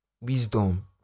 wisdom